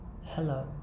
Hello